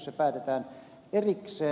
se päätetään erikseen